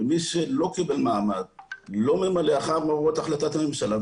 ומי שלא קיבל מעמד לא ממלא אחר הוראות החלטת הממשלה,